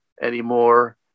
anymore